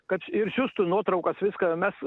kad ir siųstų nuotraukas viską mes